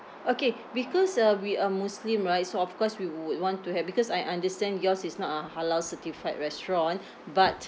okay because uh we are muslim right so of course we would want to have because I understand yours is not a halal certified restaurant but